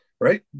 right